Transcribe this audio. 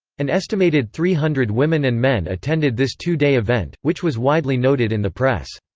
an estimated three hundred women and men attended this two-day event, which was widely noted in the press.